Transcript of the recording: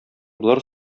болар